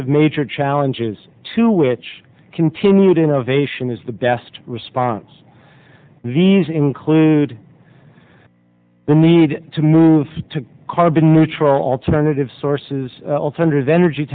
of major challenges to which continued innovation is the best response these include the need to move to carbon neutral alternative sources alternative energy